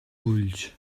ulls